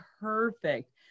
perfect